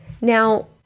Now